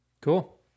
Cool